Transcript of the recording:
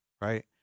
right